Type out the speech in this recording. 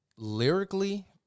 Lyrically